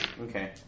Okay